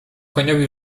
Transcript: koniowi